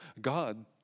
God